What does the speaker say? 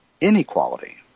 inequality